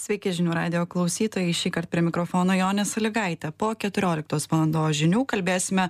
sveiki žinių radijo klausytojai šįkart prie mikrofono jonė salygaitė po keturioliktos valandos žinių kalbėsime